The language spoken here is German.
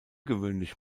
gewöhnlich